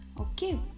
okay